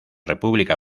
república